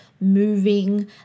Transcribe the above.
moving